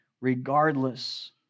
regardless